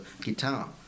guitar